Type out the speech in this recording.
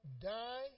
die